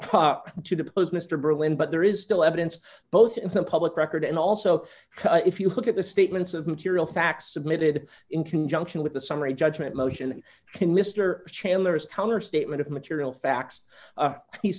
seek to depose mr berlin but there is still evidence both in the public record and also if you look at the statements of material facts submitted in conjunction with the summary judgment motion can mr chandler's counter statement of material facts